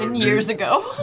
and years ago.